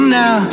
now